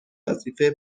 وظیفه